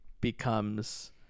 becomes